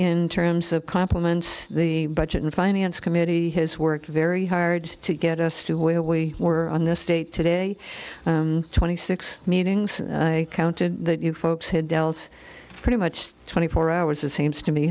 in terms of complements the budget and finance committee has worked very hard to get us to where we were on this date today twenty six meetings i counted that you folks had dealt pretty much twenty four hours it seems to me